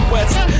West